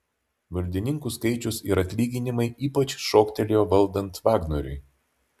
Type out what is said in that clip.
valdininkų skaičius ir atlyginimai ypač šoktelėjo valdant vagnoriui